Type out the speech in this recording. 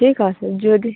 ঠিক আসে যদি